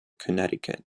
connecticut